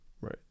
Right